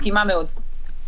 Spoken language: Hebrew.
מסכימה מאוד.